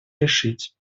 решить